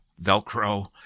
Velcro